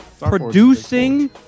producing